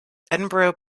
edinburgh